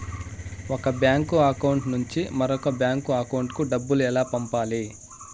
ఒక bank account నుంచి మరొక బ్యాంకు అకౌంట్ కు డబ్బు ఎలా పంపాలి